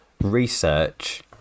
research